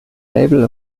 label